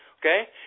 Okay